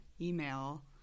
email